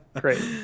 Great